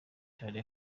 ababa